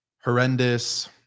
horrendous